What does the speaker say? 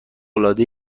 العاده